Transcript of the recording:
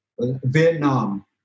Vietnam